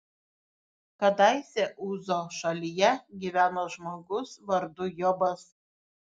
kadaise uzo šalyje gyveno žmogus vardu jobas